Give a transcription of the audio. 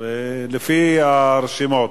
ולפי הרשימות.